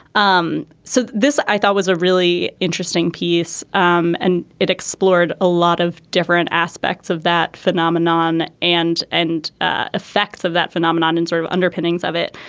um so this i thought was a really interesting piece um and it explored a lot of different aspects of that phenomenon and and ah effects of that phenomenon and sort of underpinnings of it.